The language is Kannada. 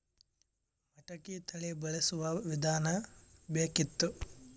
ಮಟಕಿ ತಳಿ ಬಳಸುವ ವಿಧಾನ ಬೇಕಿತ್ತು?